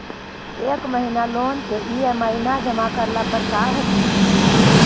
एक महिना लोन के ई.एम.आई न जमा करला पर का होतइ?